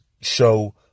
show